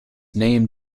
name